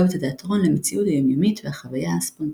את התיאטרון למציאות היומיומית והחוויה הספונטנית.